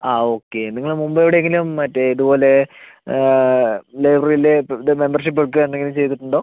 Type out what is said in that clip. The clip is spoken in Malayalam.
ആ ഓക്കെ നിങ്ങള് മുമ്പ് എവിടെ എങ്കിലും മറ്റെ ഇതുപോലെ ലൈബ്രറിയിലെ ഇത് മെമ്പർഷിപ്പ് എടുക്കുക എന്തെങ്കിലും ചെയ്തിട്ട് ഉണ്ടോ